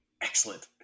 Excellent